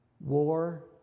War